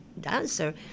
dancer